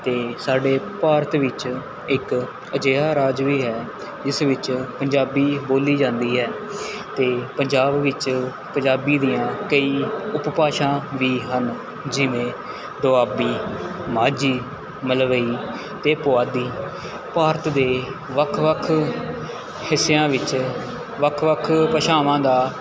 ਅਤੇ ਸਾਡੇ ਭਾਰਤ ਵਿੱਚ ਇੱਕ ਅਜਿਹਾ ਰਾਜ ਵੀ ਹੈ ਜਿਸ ਵਿੱਚ ਪੰਜਾਬੀ ਬੋਲੀ ਜਾਂਦੀ ਹੈ ਅਤੇ ਪੰਜਾਬ ਵਿੱਚ ਪੰਜਾਬੀ ਦੀਆਂ ਕਈ ਉਪਭਾਸ਼ਾਵਾਂ ਵੀ ਹਨ ਜਿਵੇਂ ਦੁਆਬੀ ਮਾਝੀ ਮਲਵਈ ਅਤੇ ਪੁਆਧੀ ਭਾਰਤ ਦੇ ਵੱਖ ਵੱਖ ਹਿੱਸਿਆਂ ਵਿੱਚ ਵੱਖ ਵੱਖ ਭਾਸ਼ਾਵਾਂ ਦਾ